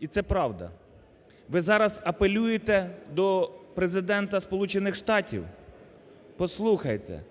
І це правда. Ви зараз апелюєте до Президента Сполучених Штатів? Послухайте,